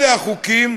אלה החוקים.